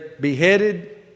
beheaded